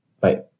Bye